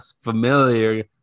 familiar